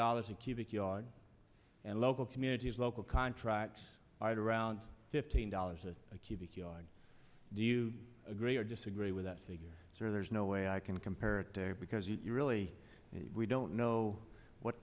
dollars a cubic yard and local communities local contracts i do around fifteen dollars a cubic yard do you agree or disagree with that figure so there's no way i can compare it because you really don't know what